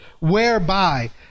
whereby